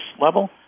level